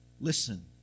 listen